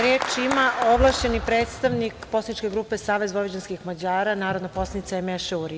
Reč ima ovlašćeni predstavnik poslaničke grupe Savez vojvođanskih Mađara narodna poslanica Emeše Uri.